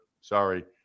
Sorry